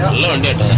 london